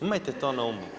Imajte to na umu